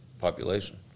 population